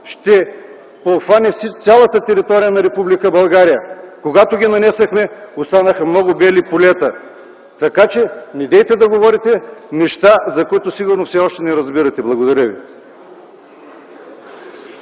ще обхване цялата територия на Република България? Когато ги нанесохме, останаха много бели полета. Така че недейте да говорите неща, за които сигурно все още не разбирате. Благодаря ви.